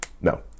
no